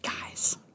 guys